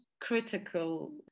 critical